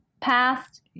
past